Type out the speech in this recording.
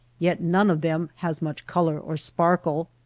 yet none of them has much color or sparkle.